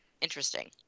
Interesting